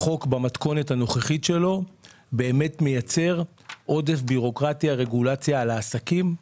החוק במתכונת הנוכחית שלו באמת מייצר עודף בירוקרטיה רגולציה על העסקים.